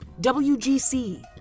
WGC